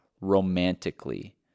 romantically